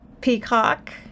peacock